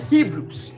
Hebrews